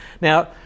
Now